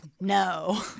No